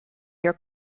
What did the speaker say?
your